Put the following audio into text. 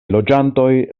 loĝantoj